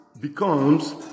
becomes